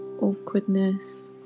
awkwardness